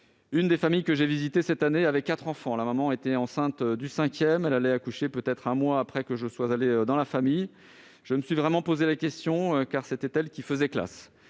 une des familles que j'ai visitées cette année, il y avait quatre enfants, la maman était enceinte du cinquième, elle allait accoucher peut-être un mois après que je sois allée dans la famille. Je me suis vraiment posé la question, vu que c'était elle qui faisait classe.